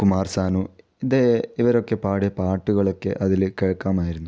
കുമാർ സാനു ഇത് ഇവരൊക്കെ പാടിയ പാട്ടുകളൊക്കെ അതിൽ കേൾക്കാമായിരുന്നു